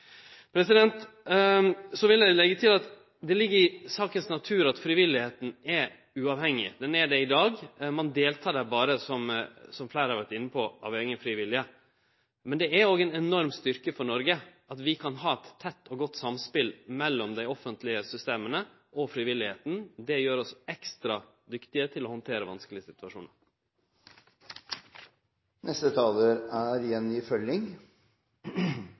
vil leggje til at det ligg i sakas natur at frivilligheita er uavhengig. Ho er det i dag, ein deltek berre – som fleire har vore inne på – av eiga fri vilje. Men det er òg ei enorm styrke for Noreg at vi kan ha eit tett og godt samspel mellom dei offentlege systema og frivilligheita. Det gjer oss ekstra dyktige til å handtere vanskelege